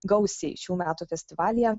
gausiai šių metų festivalyje